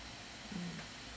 mm